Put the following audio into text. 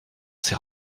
s’est